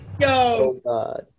Yo